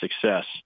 success